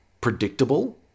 predictable